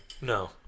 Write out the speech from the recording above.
No